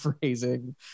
phrasing